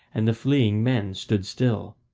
and the fleeing men stood still.